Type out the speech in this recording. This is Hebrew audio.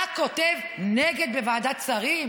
אתה כותב "נגד" בוועדת שרים?